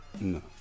No